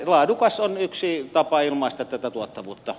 laadukas on yksi tapa ilmaista tätä tuottavuutta